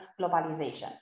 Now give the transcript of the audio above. globalization